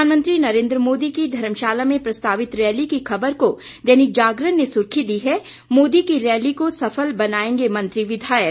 प्रधानमंत्री नरेन्द्र मोदी की धर्मशाला में प्रस्तावित रैली की ख़बर को दैनिक जागरण ने सुर्खी दी है मोदी की रैली को सफल बनाएंगे मंत्री विधायक